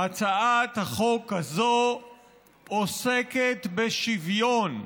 הצעת החוק הזו עוסקת בשוויון,